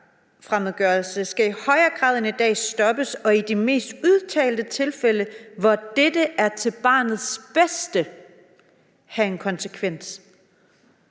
lige op her – »stoppes og i de mest udtalte tilfælde, hvor dette er til barnets bedste, have en konsekvens«.